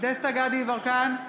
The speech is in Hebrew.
דסטה גדי יברקן,